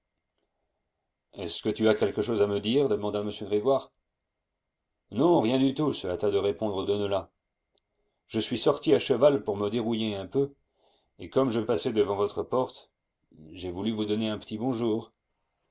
est-ce que tu as quelque chose à me dire demanda m grégoire non rien du tout se hâta de répondre deneulin je suis sorti à cheval pour me dérouiller un peu et comme je passais devant votre porte j'ai voulu vous donner un petit bonjour